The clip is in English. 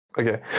Okay